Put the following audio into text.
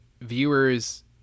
viewers